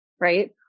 right